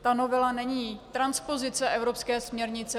Ta novela není transpozice evropské směrnice.